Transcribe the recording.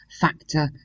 factor